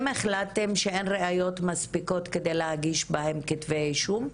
החלטתם שאין ראיות מספיקות כדי להגיש בהם כתבי אישום?